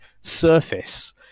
surface